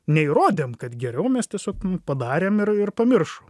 neįrodėm kad geriau mes tiesiog padarėm ir ir pamiršo